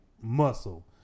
muscle